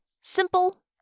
Simple